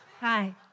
Hi